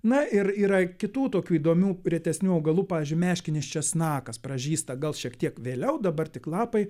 na ir yra kitų tokių įdomių retesnių augalų pavyzdžiui meškinis česnakas pražysta gal šiek tiek vėliau dabar tik lapai